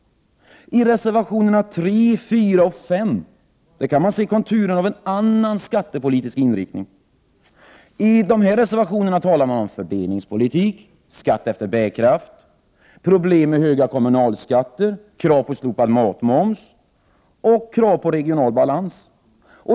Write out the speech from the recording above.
I reservationerna 3, 4 och 5 kan man se konturerna av en annan skattepolitisk inriktning. I dessa reservationer talar man om fördelningspolitik, skatt efter bärkraft, problem med höga kommunalskatter, krav på slopad matmoms och krav på regional balans.